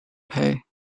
pay